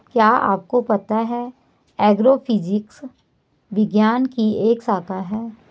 क्या आपको पता है एग्रोफिजिक्स विज्ञान की एक शाखा है?